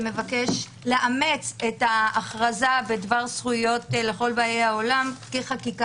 שמבקשת לאמץ את ההכרזה בדבר זכויות לכל באי העולם כחקיקה